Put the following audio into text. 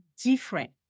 different